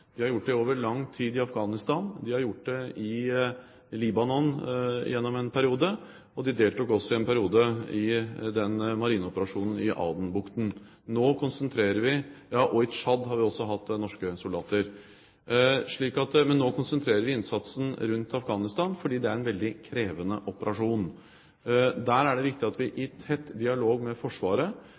De har gjort det i over lang tid i Afghanistan, de har gjort det i Libanon gjennom en periode, og de deltok også i en periode i marineoperasjonen i Adenbukten. I Tsjad har vi også hatt norske soldater. Men nå konsentrerer vi innsatsen rundt Afghanistan fordi det er en veldig krevende operasjon. Der er det viktig at vi i tett dialog med Forsvaret